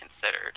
considered